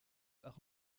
art